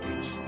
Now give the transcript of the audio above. Beach